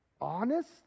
honest